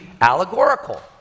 allegorical